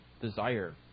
desire